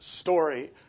story